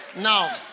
Now